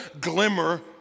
glimmer